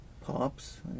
pops